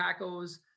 tacos